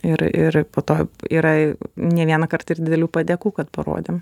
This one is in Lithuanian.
ir ir po to yra ne vieną kartą ir didelių padėkų kad parodėm